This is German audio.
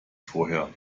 vorher